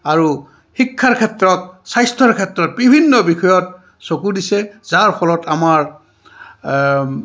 আৰু শিক্ষাৰ ক্ষেত্ৰত স্বাস্থ্যৰ ক্ষেত্ৰত বিভিন্ন বিষয়ত চকু দিছে যাৰ ফলত আমাৰ